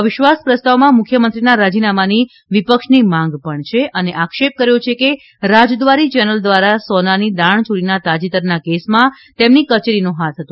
અવિશ્વાસ પ્રસ્તાવમાં મુખ્યમંત્રીના રાજીનામાની વિપક્ષની માંગ પણ છે અને આક્ષેપ કર્યો છે કે રાજદ્વારી ચેનલ દ્વારા સોનાની દાણચોરીના તાજેતરના કેસમાં તેમની કચેરીનો હાથ હતો